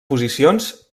posicions